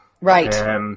right